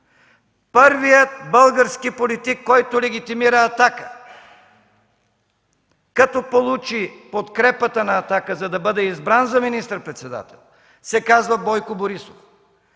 Първият български политик, който легитимира „Атака”, като получи подкрепата на „Атака”, за да бъде избран за министър-председател, се казва Бойко Борисов.